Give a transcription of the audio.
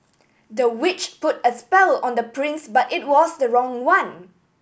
the witch put a spell on the prince but it was the wrong one